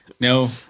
no